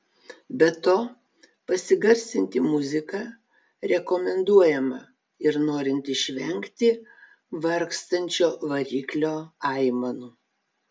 be to pasigarsinti muziką rekomenduojama ir norint išvengti vargstančio variklio aimanų